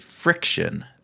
friction